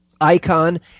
icon